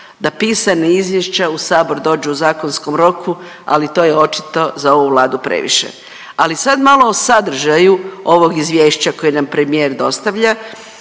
da pisana izvješća u sabor dođu u zakonskom roku ali to je očito za ovu Vladu previše. Ali sad malo o sadržaju ovog izvješća koje nam premijer dostavlja